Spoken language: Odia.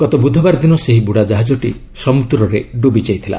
ଗତ ବୁଧବାର ଦିନ ସେହି ବୁଡ଼ା ଜାହାଜଟି ସମୁଦ୍ରରେ ଡୁବି ଯାଇଥିଲା